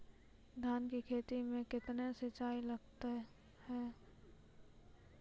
धान की खेती मे कितने सिंचाई लगता है?